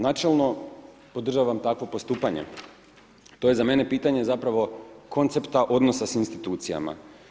Načelno podržavam takvo postupanje, to je za mene pitanje zapravo koncepta odnosa sa institucijama.